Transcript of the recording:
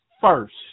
first